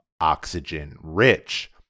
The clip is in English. oxygen-rich